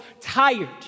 tired